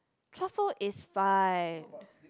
truffle is fine